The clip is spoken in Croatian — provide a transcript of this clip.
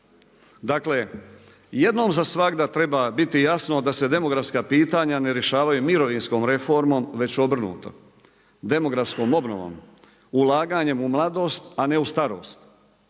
Dakle jednom za svagda treba biti jasno da se demografska pitanja ne rješavaju mirovinskom reformom već obrnuto, demografskom obnovom, ulaganjem u mladost a ne u starost.